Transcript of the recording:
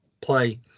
play